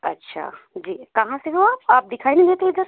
अच्छा जी कहाँ से हो आप आप दिखाई नहीं देते इधर